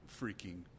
freaking